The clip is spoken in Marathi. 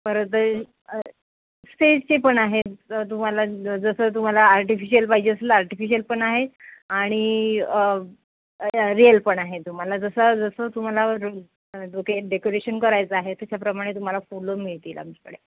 परत स्टेजचे पण आहेत तुम्हाला जसं तुम्हाला आर्टिफिशल पाहिजे असेल आर्टिफिशल पण आहे आणि रिअल पण आहे तुम्हाला जसं जसं तुम्हाला ड के डेकोरेशन करायचं आहे त्याच्याप्रमाणे तुम्हाला फुलं मिळतील आमच्याकडे